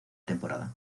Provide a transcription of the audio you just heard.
temporada